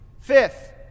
Fifth